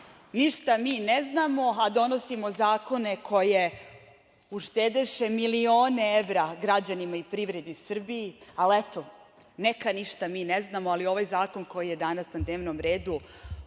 banka. Ništa mi ne znamo, a donosimo zakone koje uštedeše milione evra građanima i privredi Srbije. Ali, eto, neka ništa mi ne znamo, ali ovaj zakon koji je danas na dnevnom redu